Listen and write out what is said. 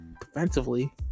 defensively